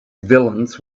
villains